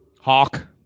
Hawk